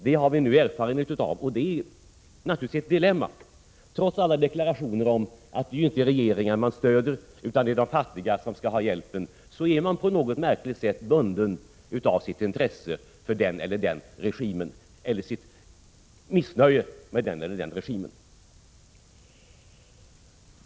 Det har vi nu erfarenhet av, och det är naturligtvis ett dilemma: Trots alla deklarationer om att det inte är regeringarna man stöder utan att det är de fattiga som skall ha hjälpen, är man på ett något märkligt sätt bunden av sitt intresse för eller missnöje med den eller den regimen. Herr talman!